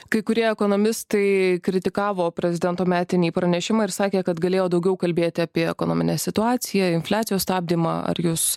kai kurie ekonomistai kritikavo prezidento metinį pranešimą ir sakė kad galėjo daugiau kalbėti apie ekonominę situaciją infliacijos stabdymą ar jūs